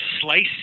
slice